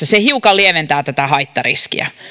se hiukan lieventää tätä haittariskiä